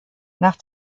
nach